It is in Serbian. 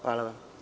Hvala.